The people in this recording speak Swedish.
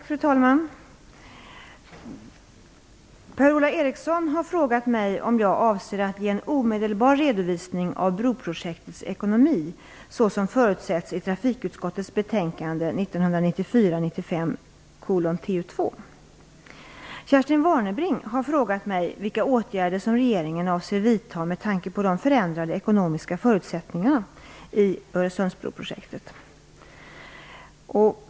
Fru talman! Per-Ola Eriksson har frågat mig om jag avser att ge en omedelbar redovisning av broprojektets ekonomi så som förutsätts i trafikutskottets betänkande 1994/95:TU2. Kerstin Warnerbring har frågat mig vilka åtgärder som regeringen avser vidta med tanke på de förändrade ekonomiska förutsättningarna i Öresundsbroprojektet.